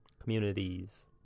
communities